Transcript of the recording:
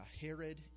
Herod